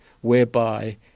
whereby